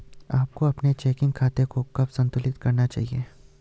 आपको अपने चेकिंग खाते को कब संतुलित करना चाहिए?